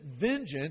vengeance